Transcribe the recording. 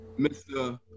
Mr